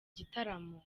gitaramo